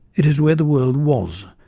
it is where the world was,